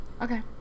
Okay